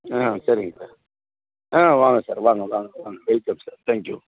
ஆ சரிங்க சார் ஆ வாங்க சார் வாங்க வாங்க வாங்க வெல்கம் சார் தேங்க்யூ